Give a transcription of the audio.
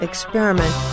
Experiment